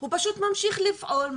הוא ממשיך לפעול,